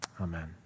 Amen